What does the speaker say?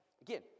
Again